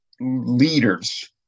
leaders